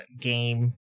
game